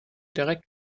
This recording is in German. direkt